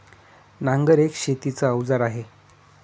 नांगर एक शेतीच अवजार आहे